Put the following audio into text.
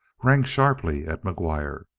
rang sharply at mcguire.